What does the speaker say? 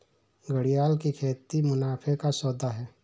घड़ियाल की खेती मुनाफे का सौदा है